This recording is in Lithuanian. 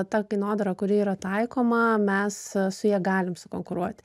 ta kainodara kuri yra taikoma mes su ja galim sukonkuruoti